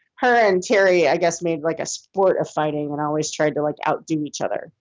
her and terry i guess made like a sport of fighting and always tried to like outdo each other.